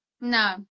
No